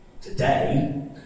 Today